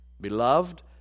Beloved